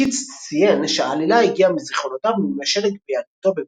קיטס ציין שהעלילה הגיעה מזיכרונותיו מימי שלג בילדותו בברוקלין.